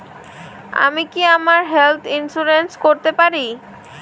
আমি কি আমার হেলথ ইন্সুরেন্স করতে পারি?